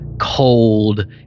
cold